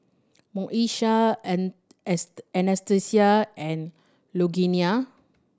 Moesha An Anastacia and Lugenia